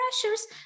pressures